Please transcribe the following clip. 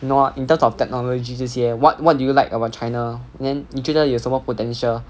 you know what in terms of technology 这些 what what do you like about china then 你觉得有什么 potential